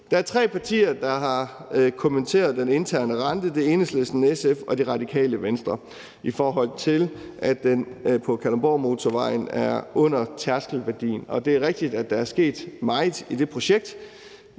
Der er tre partier, der har kommenteret den interne rente – Enhedslisten, SF og Radikale Venstre – i forhold til at den på Kalundborgmotorvejen er under tærskelværdien. Og det er rigtigt, at der er sket meget i det projekt,